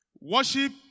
Worship